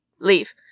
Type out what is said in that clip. leave